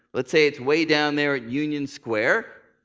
let's say it's way down there at union square.